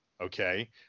okay